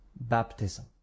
baptism